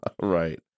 Right